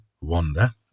wander